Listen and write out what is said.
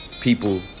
people